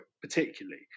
particularly